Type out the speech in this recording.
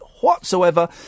whatsoever